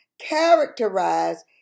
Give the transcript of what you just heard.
characterize